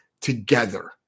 together